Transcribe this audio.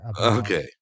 Okay